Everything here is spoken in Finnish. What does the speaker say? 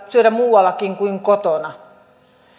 syödä muuallakin kuin kotona